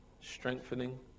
strengthening